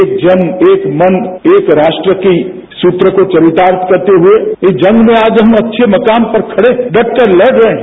एक जन एक मन एक राष्ट्र के सूत्र को चरितार्थ करते हुए इस जंग में आज हम अच्छे मकाम पर खडे हैं डटकर लड़ रहे हैं